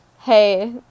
hey